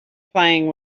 playing